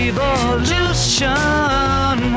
Revolution